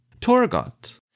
Torgot